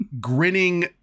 grinning